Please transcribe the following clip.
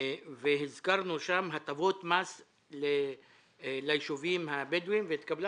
הזכרנו שם הטבות מס ליישובים הבדואים והתקבלה